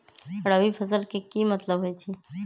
रबी फसल के की मतलब होई छई?